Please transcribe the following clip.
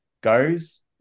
goes